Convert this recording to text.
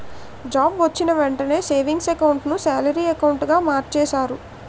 job వొచ్చిన వెంటనే savings account ను సాలరీ అకౌంటుగా మార్చేస్తారు